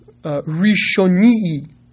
Rishonii